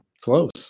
close